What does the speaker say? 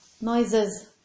noises